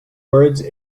words